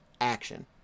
Action